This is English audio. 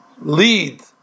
lead